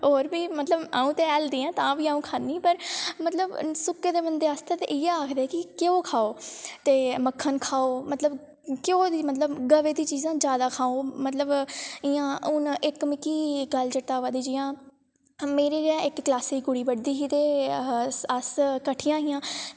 ते होर बी मतलब अ'ऊं ते हेल्दी आं तां बी अ'ऊं खन्नी पर मतलब सुक्के दे बंदे आस्तै इ'यै आखदे कि घ्यो खाओ ते मक्खन खाओ घ्यो दी मतलब घ्यो दी मतलब गवै दी चीज़ां जादा खाओ मतलब इ'यां हून इक मिगी गल्ल चेता आवा दी जियां मेरी गै इक क्लासा दी कुड़ी पढ़दी ही ते अस कट्ठियां हियां